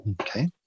Okay